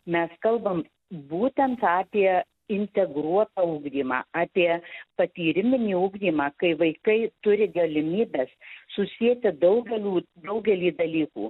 mes kalbam būtent apie integruotą ugdymą apie patyriminį ugdymą kai vaikai turi galimybes susieti daugelių daugelį dalykų